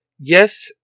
Yes